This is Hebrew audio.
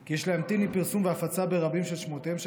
כי יש להמתין עם פרסום והפצה ברבים של שמותיהם של